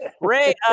Ray